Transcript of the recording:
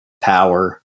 power